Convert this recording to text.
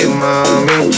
mommy